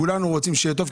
כולנו רוצים שיהיה טוב,